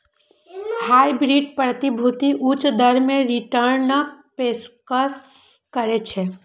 hybrid प्रतिभूति उच्च दर मे रिटर्नक पेशकश करै छै